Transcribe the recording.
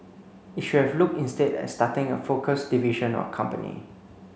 it should have looked instead at starting a focused division or company